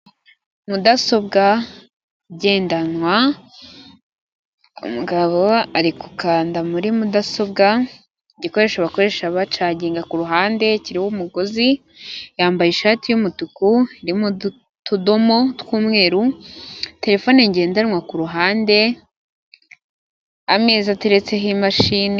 Mudasobwa, igendanwa umuugabo ari gukanda muri mudasobwa. Igikoresho bakoresha ba caginga, kuruhande kireba umugozi yambaye ishati yumutuku irimo utudomo tw'umweru terefone ngendanwa kuruhande ameza ateretseho imashini.